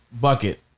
bucket